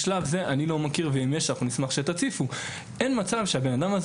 בשלב זה אני לא מכיר מצב שהבן אדם הזה